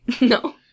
No